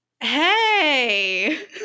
hey